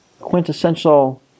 quintessential